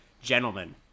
gentlemen